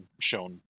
shown